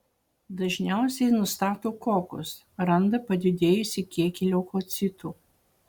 dažniausiai nustato kokus randa padidėjusį kiekį leukocitų